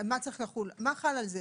מה חל על זה.